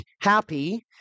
happy